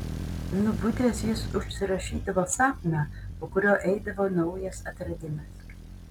nubudęs jis užsirašydavo sapną po kurio eidavo naujas atradimas